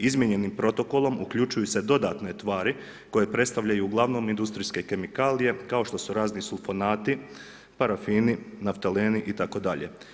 Izmijenjenim protokolom uključuju se dodatne tvari koje predstavljaju uglavnom industrijske kemikalije kao što su razni sulfanati, parafini, naftaleni itd.